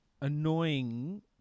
annoying